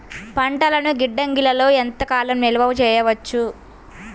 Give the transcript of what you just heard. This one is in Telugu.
పంటలను గిడ్డంగిలలో ఎంత కాలం నిలవ చెయ్యవచ్చు?